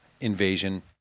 invasion